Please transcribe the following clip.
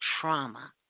trauma